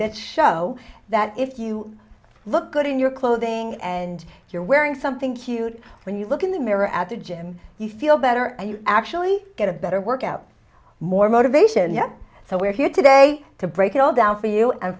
that show that if you look good in your clothing and you're wearing something cute when you look in the mirror at the gym you feel better and you actually get a better workout more motivation yet so we're here today to break it all down for you and